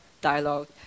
dialogue